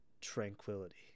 tranquility